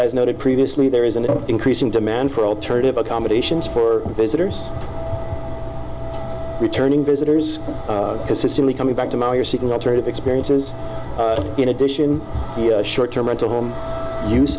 as noted previously there is an increasing demand for alternative accommodations for visitors returning visitors consistently coming back tomorrow you're seeking alternative experiences in addition short term rental home use